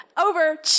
Over